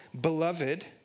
Beloved